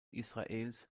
israels